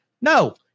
No